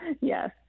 yes